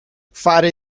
fare